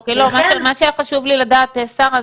אוקיי, מה שהיה חשוב לי ל דעת, שרה,